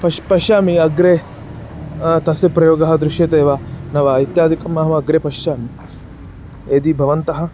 पश् पश्यामि अग्रे तस्य प्रयोगः दृश्यते वा न वा इत्यादिकम् अहम् अग्रे पश्यामि यदि भवन्तः